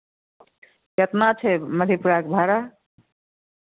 केतना छै मधेपुराके भाड़ा